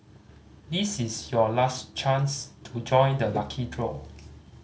this is your last chance to join the lucky draw